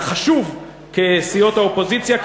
את תפקידכם החשוב כסיעות האופוזיציה,